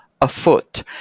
afoot